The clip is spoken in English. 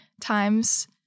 times